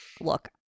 Look